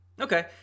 Okay